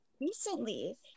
Recently